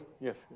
Yes